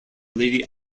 lady